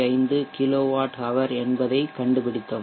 5 kilowatt hour என்பதைக் கண்டுபிடித்தோம்